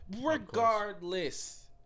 Regardless